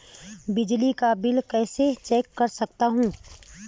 बिजली का बिल कैसे चेक कर सकता हूँ?